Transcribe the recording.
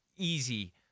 easy